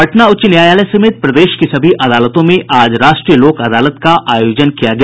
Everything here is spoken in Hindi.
पटना उच्च न्यायालय समेत प्रदेश की सभी अदालतों में आज राष्ट्रीय लोक अदालत का आयोजन किया गया